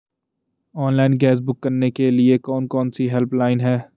Online gas book करने के लिए कौन कौनसी हेल्पलाइन हैं?